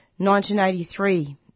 1983